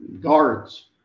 guards